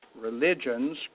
religion's